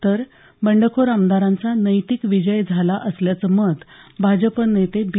तर बंडखोर आमदारांचा नैतिक विजय झाला असल्याचं मत भाजप नेते बी